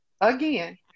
again